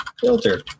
filter